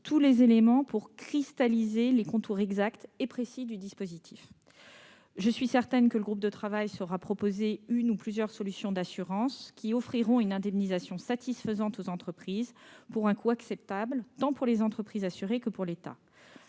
tous les éléments pour cristalliser les contours exacts et précis du dispositif. Je suis certaine que le groupe de travail saura proposer une ou plusieurs solutions d'assurance offrant une indemnisation satisfaisante aux entreprises pour un coût acceptable tant pour les entreprises assurées que pour l'État.